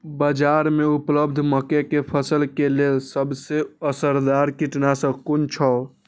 बाज़ार में उपलब्ध मके के फसल के लेल सबसे असरदार कीटनाशक कुन छै?